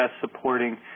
Supporting